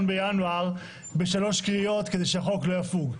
בינואר בשלוש קריאות כדי שהחוק לא יפוג.